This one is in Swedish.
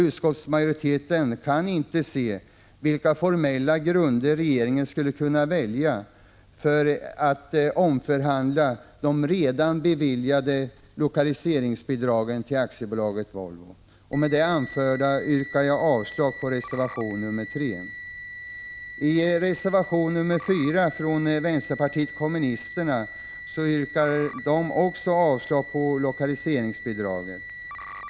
Utskottsmajoriteten kan inte se vilka formella grunder regeringen skulle kunna anföra för att omförhandla det redan beviljade lokaliseringsbidraget till AB Volvo. Med det anförda yrkar jag avslag på reservation 3. I reservation 4 från vänsterpartiet kommunisterna yrkas också avslag på lokaliseringsbidragen.